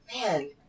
man